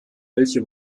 welche